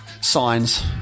Signs